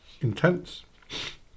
intense